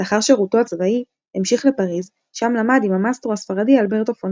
לאחר שירותו הצבאי המשיך לפריז שם למד עם המאסטרו הספרדי אלברטו פונסה.